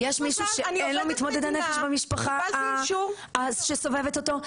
מישהו שאין לו מתמודדי נפש במשפחה שסובבת אותו?